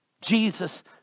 Jesus